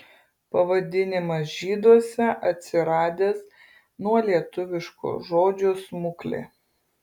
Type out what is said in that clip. pavadinimas žyduose atsiradęs nuo lietuviško žodžio smuklė